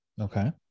Okay